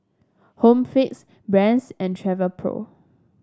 Home Fix Brand's and Travelpro